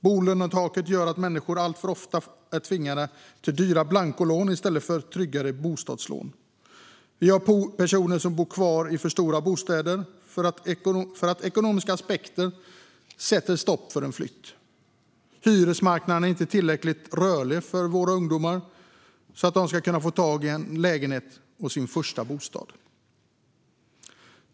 Bolånetaket gör att människor alltför ofta tvingas ta dyra blankolån i stället för tryggare bostadslån. Vi har personer som bor kvar i för stora bostäder därför att ekonomiska aspekter sätter stopp för en flytt. Hyresmarknaden är inte tillräckligt rörlig för att våra ungdomar ska kunna få tag på en lägenhet som sin första bostad.